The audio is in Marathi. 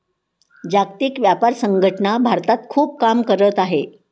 जागतिक व्यापार संघटना भारतात खूप काम करत आहे